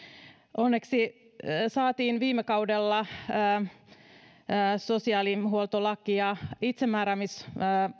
onneksi saatiin viime kaudella tarkennettua sosiaalihuoltolakia itsemääräämisen